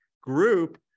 group